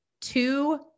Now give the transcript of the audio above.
two